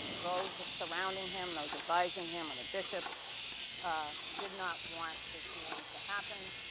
ah those surrounding him, those advising him and the bishops ah did not want this meeting to happen,